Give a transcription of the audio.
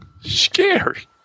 scary